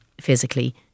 physically